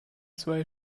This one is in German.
zwei